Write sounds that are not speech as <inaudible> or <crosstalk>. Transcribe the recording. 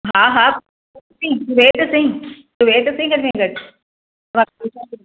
हा हा तूं वेहु त सई वेहु त सई तूं वेहु त सई घटि में घटि <unintelligible>